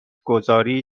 گذاری